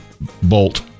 bolt